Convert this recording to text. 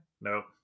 Nope